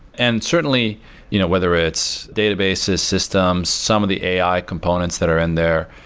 and certainly you know whether it's database ah systems, some of the ai components that are in their,